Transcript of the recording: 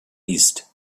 east